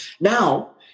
Now